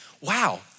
Wow